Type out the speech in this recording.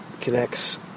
connects